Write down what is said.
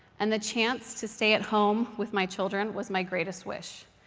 and the chance to stay at home with my children was my greatest wish.